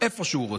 איפה שהוא רוצה.